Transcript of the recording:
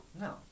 no